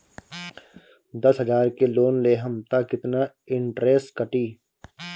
दस हजार के लोन लेहम त कितना इनट्रेस कटी?